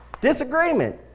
Disagreement